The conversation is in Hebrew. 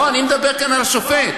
אני מדבר על השופט.